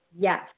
Yes